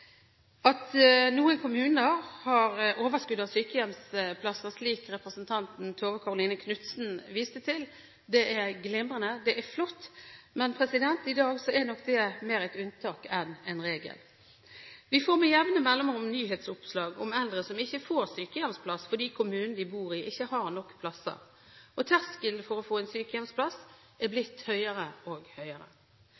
At noen kommuner har overskudd av sykehjemsplasser, slik representanten Tove Karoline Knutsen viste til, er glimrende. Det er flott, men i dag er nok det mer et unntak enn en regel. Vi får med jevne mellomrom nyhetsoppslag om eldre som ikke får sykehjemsplass fordi kommunen de bor i, ikke har nok plasser. Terskelen for å få sykehjemsplass er